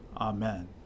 Amen